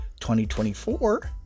2024